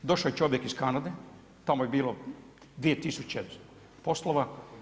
Došao je čovjek iz Kanade, tamo je bilo 2000 poslova.